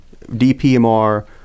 DPMR